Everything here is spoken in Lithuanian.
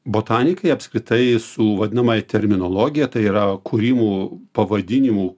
botanikai apskritai su vadinama terminologija tai yra kūrimu pavadinimų